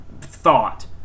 thought